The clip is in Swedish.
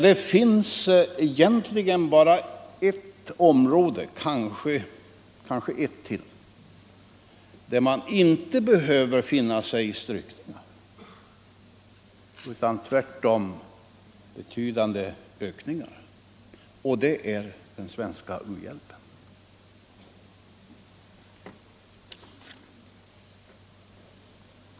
Det finns egentligen bara ett område — ja, kanske ytterligare ett — där man inte behöver finna sig i strykningar utan tvärtom får betydande ökningar, och det är när det gäller den svenska u-hjälpen.